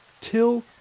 till